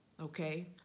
Okay